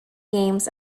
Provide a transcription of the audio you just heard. games